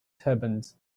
turbans